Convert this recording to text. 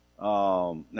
now